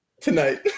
tonight